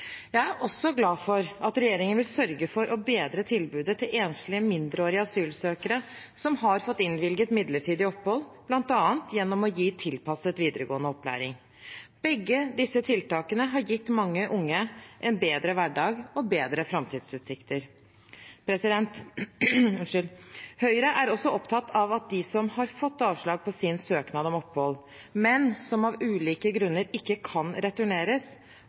Jeg er også glad for at regjeringen vil sørge for å bedre tilbudet til enslige mindreårige asylsøkere som har fått innvilget midlertidig opphold, bl.a. gjennom å gi tilpasset videregående opplæring. Begge disse tiltakene har gitt mange unge en bedre hverdag og bedre framtidsutsikter. Høyre er også opptatt av at de som har fått avslag på sin søknad om opphold, men som av ulike grunner ikke kan returneres,